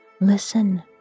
Listen